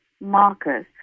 markers